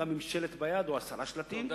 גם עם שלט ביד או עשרה שלטים,